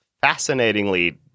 fascinatingly